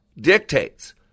dictates